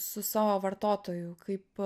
su savo vartotojų kaip